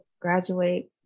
graduate